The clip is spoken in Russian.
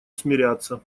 смиряться